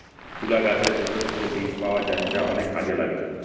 তুলা গাছের ভেতর থেকে বীজ পাওয়া যায় যা অনেক কাজে লাগে